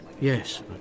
Yes